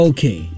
Okay